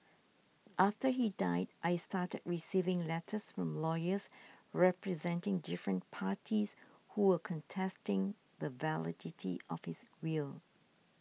after he died I started receiving letters from lawyers representing different parties who were contesting the validity of his will